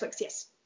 yes